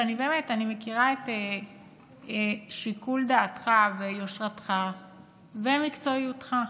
אני מכירה את שיקול דעתך ויושרתך ומקצועיותך,